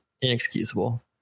inexcusable